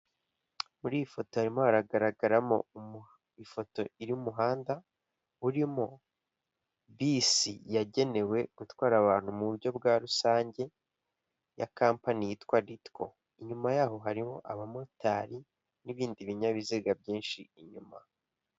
Muri iyi foto harimo haragaragaramo ifoto y'umuhanda urimo bisi yagenewe gutwara abantu mu buryo bwa rusange ya kampani yitwa ritiko inyuma yaho harimo abamotari n'ibindi binyabiziga byinshi inyuma.